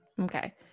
Okay